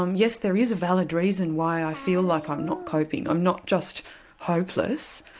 um yes there is a valid reason why i feel like i'm not coping, i'm not just hopeless.